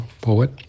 poet